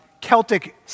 Celtic